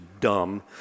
dumb